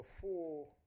four